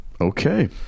Okay